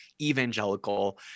evangelical